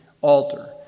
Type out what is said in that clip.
altar